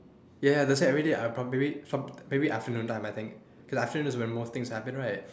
ya that's why everyday I probably maybe afternoon I think cause afternoon is when most things happen right